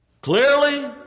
clearly